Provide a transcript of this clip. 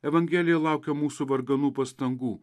evangelija laukia mūsų varganų pastangų